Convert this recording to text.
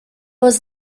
was